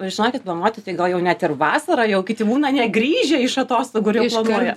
žinokit nuomoti tai gal jau net ir vasarą jau kiti būna negrįžę iš atostogų ir jau planuoja